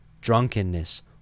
drunkenness